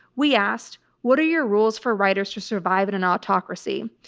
we asked what are your rules for writers to survive in an autocracy?